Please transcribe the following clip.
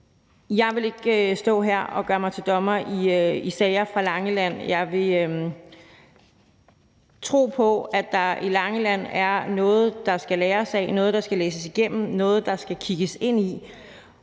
Jeg vil ikke stå her og gøre mig til dommer i sager fra Langeland. Jeg vil tro, at der på Langeland er noget, der skal læres af, noget, der skal læses igennem, noget, der skal kigges ind i,